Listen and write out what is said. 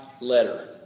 letter